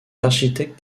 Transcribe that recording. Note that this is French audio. architectes